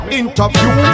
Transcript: interview